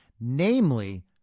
namely